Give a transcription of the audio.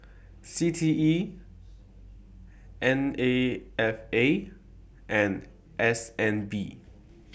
C T E N A F A and S N B